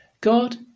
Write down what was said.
God